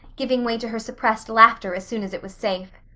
giving way to her suppressed laughter as soon as it was safe.